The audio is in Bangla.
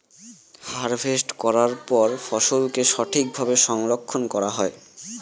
হারভেস্ট করার পরে ফসলকে ঠিক ভাবে সংরক্ষন করা হয়